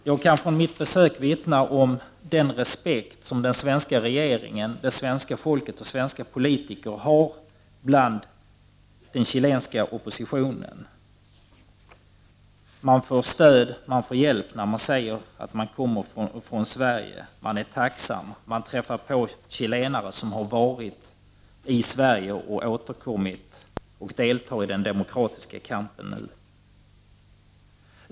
Jag kan från mitt besök vittna om den respekt som den svenska regeringen, det svenska folket och svenska politiker har i den chilenska oppositionen. Man får stöd och hjälp när man säger att man kommer från Sverige, och man möts av tacksamhet. Man träffar på chilenare som har varit i Sverige, återkommit och nu deltar i den demokratiska kampen.